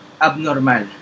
abnormal